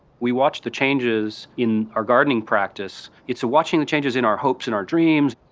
we watch the changes in our gardening practice, it's watching the changes in our hopes and our dreams,